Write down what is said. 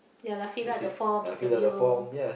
ya lah fill up the form interview